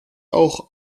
auch